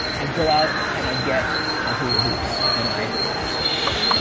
i go out and i get my hula hoops and i swish,